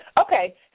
Okay